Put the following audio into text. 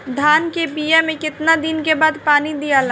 धान के बिया मे कितना दिन के बाद पानी दियाला?